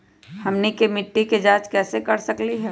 हमनी के मिट्टी के जाँच कैसे कर सकीले है?